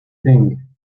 thing